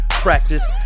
practice